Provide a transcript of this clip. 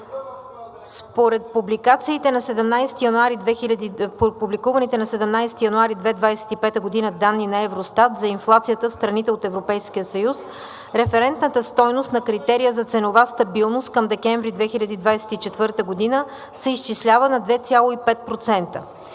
според публикуваните на 17 януари 2025 г. данни на Евростат за инфлацията в страните от Европейския съюз референтната стойност на критерия за ценова стабилност към декември 2024 г. се изчислява на 2,5%.